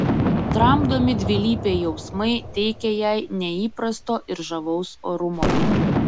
tramdomi dvilypiai jausmai teikia jai neįprasto ir žavaus orumo